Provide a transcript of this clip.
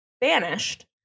banished